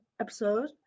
episode